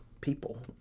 people